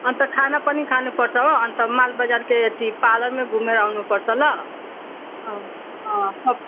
अन्त खाना पनि खानु पर्छ हो अन्त मालबजारको यति घुमेर आउनु पर्छ ल